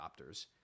adopters